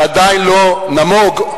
שעדיין לא נמוג,